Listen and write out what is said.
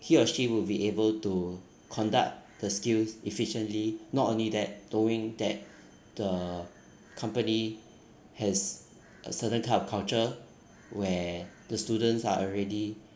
he or she would be able to conduct the skills efficiently not only that knowing that the company has a certain type of culture where the students are already